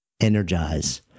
energize